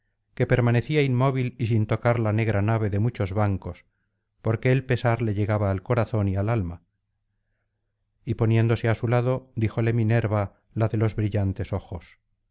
que permanecía inmóvil y sin tocar la negra nave de muchos bancos porque el pesar le llegaba al corazón y al alma y poniéndose á su lado díjole minerva la de los brillantes ojos